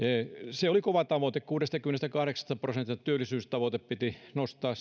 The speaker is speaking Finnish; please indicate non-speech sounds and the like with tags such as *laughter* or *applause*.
se oli kova tavoite kuudestakymmenestäkahdeksasta prosentista työllisyysaste piti nostaa *unintelligible*